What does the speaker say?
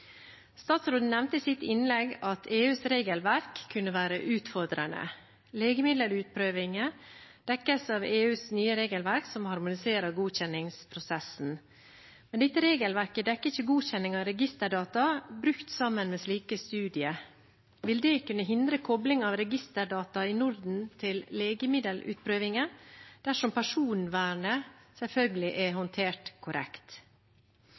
Statsråden nevnte i sitt innlegg at EUs regelverk kunne være utfordrende. Legemiddelutprøving dekkes av EUs nye regelverk, som harmoniserer godkjenningsprosessen, men dette regelverket dekker ikke godkjenning av registerdata brukt sammen med slike studier. Vil det kunne hindre kobling av registerdata i Norden til legemiddelutprøvingen dersom personvernet – selvfølgelig – er håndtert korrekt?